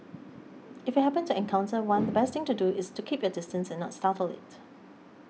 if you happen to encounter one the best thing to do is to keep your distance and not startle it